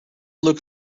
look